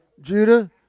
Judah